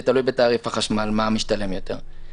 זה תלוי בתעריף החשמל שמשתלם יותר.